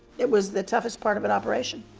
it was the toughest part of an operation.